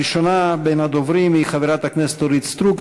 הראשונה בדוברים היא חברת הכנסת אורית סטרוק.